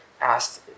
asked